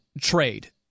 trade